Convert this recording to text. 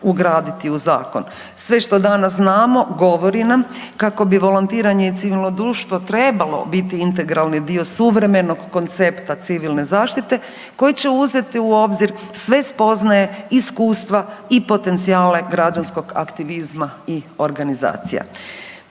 ugraditi u zakon. Sve što danas znamo govori nam kako bi volontiranje i civilno društvo trebalo biti integralni dio suvremenog koncepta civilne zaštite koji će uzeti u obzir sve spoznaje, iskustva i potencijale građanskog aktivizma i organizacija.